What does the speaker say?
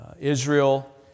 Israel